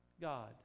God